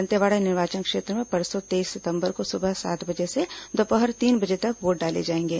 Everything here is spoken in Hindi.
दंतेवाड़ा निर्वाचन क्षेत्र में परसों तेईस सितंबर को सुबह सात बजे से दोपहर तीन बजे तक वोट डाले जाएंगे